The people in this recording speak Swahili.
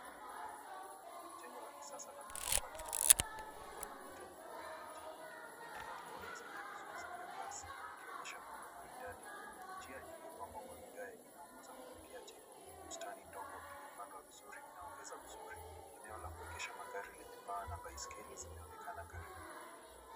Jengo la kisasa la ghorofa linaonekana likiwa na kuta nyeupe na kijivu. Lina balcony zenye vizuizi vya glass ikionyesha muundo maridadi. Njia iliopangwa kwa vigae inaongoza kuelekea jengo. Bustani ndogo ilipangwa vizuri inaonekana vizuri. Eneo la kuegesha magari lenye paa na baiskeli zinaonekana karibu.